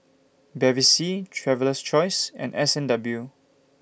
Bevy C Traveler's Choice and S and W